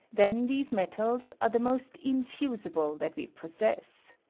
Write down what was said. then these metals are the most infusible that we possess.